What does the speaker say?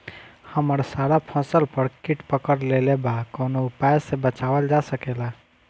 हमर सारा फसल पर कीट पकड़ लेले बा कवनो उपाय से बचावल जा सकेला?